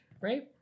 right